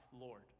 Lord